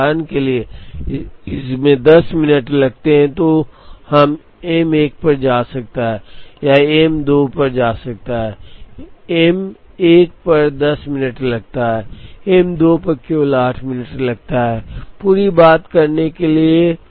यदि उदाहरण के लिए इसमें दस मिनट लगते हैं तो यह एम 1 पर जा सकता है या एम 2 पर जा सकता है एम 1 पर 10 मिनट लगता है एम 2 पर केवल 8 मिनट लगते हैं पूरी बात करने के लिए